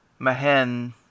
Mahen